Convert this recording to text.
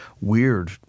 weird